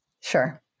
Sure